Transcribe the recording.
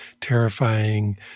terrifying